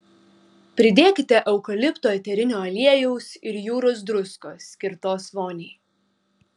pridėkite eukalipto eterinio aliejaus ir jūros druskos skirtos voniai